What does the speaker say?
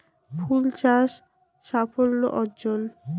ফুল চাষ সাফল্য অর্জন?